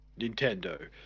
Nintendo